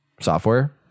software